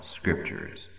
scriptures